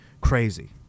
crazy